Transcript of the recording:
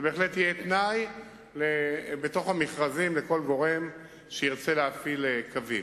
זה בהחלט יהיה תנאי במכרזים לכל גורם שירצה להפעיל קווים.